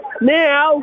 Now